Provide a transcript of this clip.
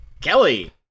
Kelly